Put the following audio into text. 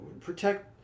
protect